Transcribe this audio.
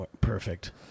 Perfect